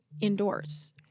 indoors